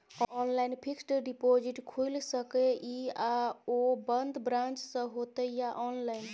Online fixed deposit खुईल सके इ आ ओ बन्द ब्रांच स होतै या ऑनलाइन?